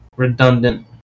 redundant